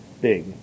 big